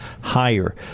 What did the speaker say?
higher